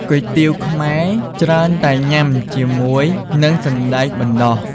គុយទាវខ្មែរ ច្រើនតែញ៉ាំជាមួយនឹងសណ្តែកបណ្តុះ។